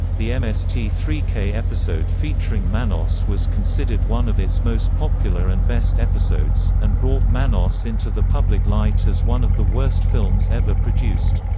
the m s t three k episode featuring manos was considered one of its most popular and best episodes, and brought manos into the public light as one of the worst films ever produced.